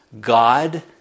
God